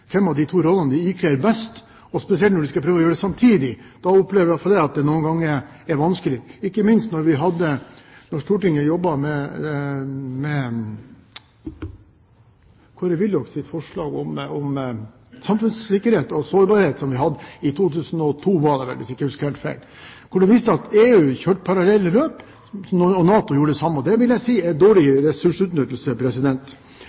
av de to rollene de ikler seg best, spesielt når de skal prøve å ikle seg begge samtidig. Da opplever i hvert fall jeg at det noen ganger er vanskelig, ikke minst da Stortinget jobbet med Kåre Willochs forslag om samfunnssikkerhet og sårbarhet, i 2002, hvis jeg ikke husker helt feil. Det viste seg da at EU og NATO kjørte parallelle løp. Det vil jeg si er